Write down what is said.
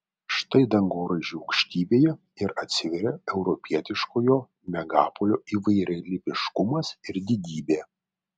štai dangoraižių aukštybėje ir atsiveria europietiškojo megapolio įvairialypiškumas ir didybė